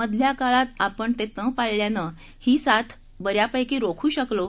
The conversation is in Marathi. मधल्या काळात आपण ते पाळल्याने ही साथ बऱ्यापैकी आपण रोखू शकलो